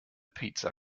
pizza